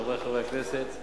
חברי חברי הכנסת,